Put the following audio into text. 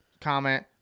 Comment